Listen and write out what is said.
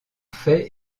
fait